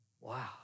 Wow